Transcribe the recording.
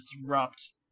disrupt